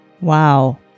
Wow